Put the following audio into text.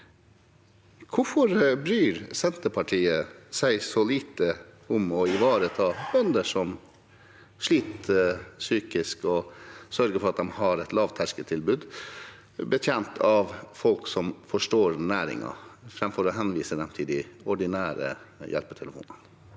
Hvorfor bryr Senterpartiet seg så lite om å ivareta bønder som sliter psykisk, og om å sørge for at de har et lavterskeltilbud betjent av folk som forstår næringen, framfor å henvise dem til de ordinære hjelpetilbudene?